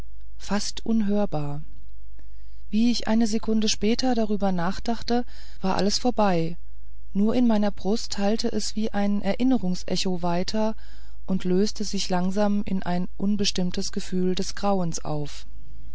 fast unhörbar wie ich eine sekunde später darüber nachdachte war alles vorbei nur in meiner brust hallte es wie ein erinnerungsecho weiter und löste sich langsam in ein unbestimmtes gefühl des grauens auf